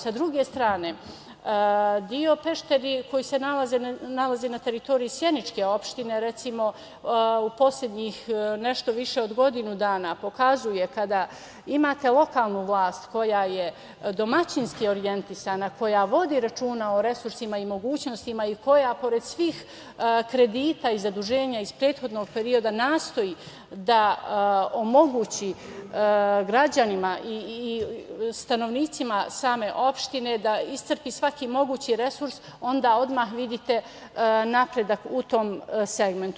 Sa druge strane, deo Pešteri koji se nalazi na teritoriji sjeničke opštine, recimo u poslednjih nešto više od godinu dana, pokazuje kada imate lokalnu vlast, koja je domaćinski orjentisana, koja vodi računa o resursima i mogućnostima i koja pored svih kredita i zaduženja iz prethodnog perioda, nastoji da omogući građanima i stanovnicima same opštine, da iscrpi svaki mogući resurs, onda odmah vidite napredak u tom segmentu.